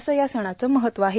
अस या सणाचं महत्व आहे